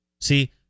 See